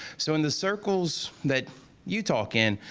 so in the circles that you talk in,